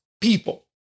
people